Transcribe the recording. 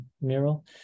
mural